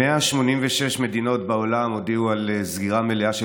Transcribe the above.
186 מדינות בעולם הודיעו על סגירה מלאה של